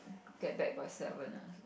get back by seven uh